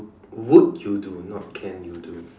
would you do not can you do